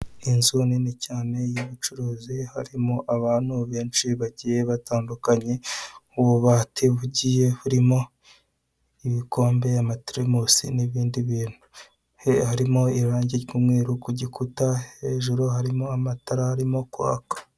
Inzu nini cyane y'ubucuruzi, harimo abantu benshi bagiye batandukanye ,ububati bugiye burimo ibikombe, amateremusi n'ibindi bintu harimo irangi ry'umweru kugikuta, hejuru harimo amatara arimo kwaka.